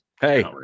Hey